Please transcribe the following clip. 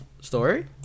Story